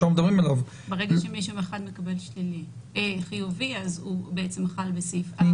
ברגע שמישהו אחד מקבל חיובי, הוא חל בסעיף (4).